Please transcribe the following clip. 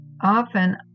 Often